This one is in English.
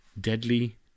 deadly